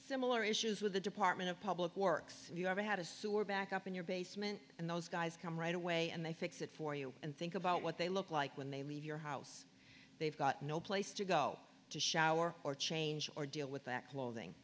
similar issues with the department of public works if you ever had a sewer back up in your basement and those guys come right away and they fix it for you and think about what they look like when they leave your house they've got no place to go to shower or change or deal with that clothing